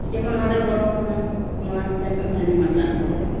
ᱡᱮᱢᱚᱱ ᱱᱚᱰᱮᱵᱚ ᱨᱚᱲ ᱠᱟᱱᱟ ᱱᱚᱣᱟ ᱥᱮᱱ ᱠᱟᱛᱮᱫ ᱦᱟᱱᱮ ᱢᱟᱫᱽᱫᱨᱟᱥ ᱨᱮ